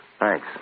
Thanks